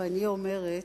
ואני אומרת: